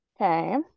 okay